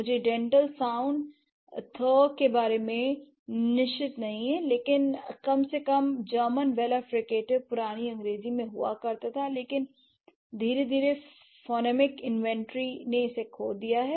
मुझे dental sound θ के बारे में निश्चित नहीं है लेकिन कम से कम जर्मन वेलर फ्रिकटिव पुरानी अंग्रेजी में हुआ करता था लेकिन धीरे धीरे फोनेमिक इन्वेंट्री ने इसे खो दिया है